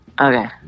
Okay